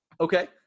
Okay